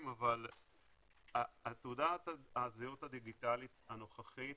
אבל תעודת הזהות הדיגיטלית הנוכחית